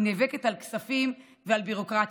היא נאבקת על כספים ועל ביורוקרטיה.